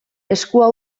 eskua